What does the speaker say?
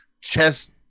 chest